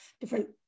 different